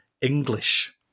English